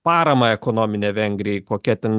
paramą ekonominę vengrijai kokia ten